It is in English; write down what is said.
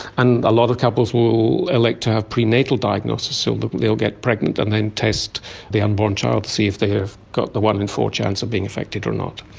and a lot of couples will elect to have prenatal diagnosis, so but they will get pregnant and then test the unborn child to see if they have got the one in four chance of being affected or not.